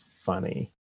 funny